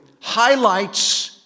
highlights